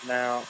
Now